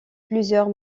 plusieurs